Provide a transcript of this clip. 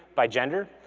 by gender.